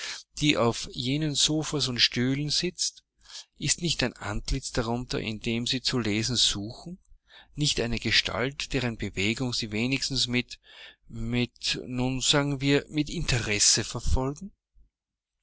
die auf jenen sofas und stühlen sitzen ist nicht ein antlitz darunter in dem sie zu lesen suchen nicht eine gestalt deren bewegungen sie wenigstens mit mit nun sagen wir mit interesse verfolgen